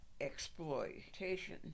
exploitation